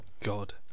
god